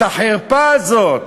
את החרפה הזאת.